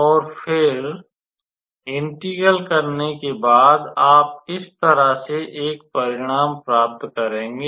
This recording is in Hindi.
और फिर इंटिग्र्ल करने के बाद आप इस तरह से एक परिणाम प्राप्त करेंगे